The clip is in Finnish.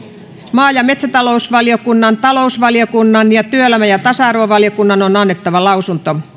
maa ja metsätalousvaliokunnan talousvaliokunnan ja työelämä ja tasa arvovaliokunnan on annettava lausunto